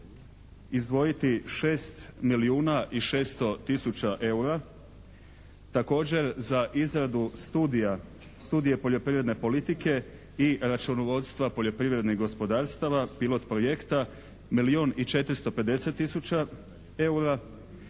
izdvojiti 6 milijuna i 600 tisuća eura. Također za izradu Studije poljoprivredne politike i računovodstva poljoprivrednih gospodarstava pilot projekta milijun i 450 tisuća eura.